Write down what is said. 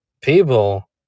people